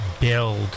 build